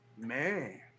Man